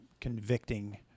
convicting